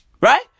Right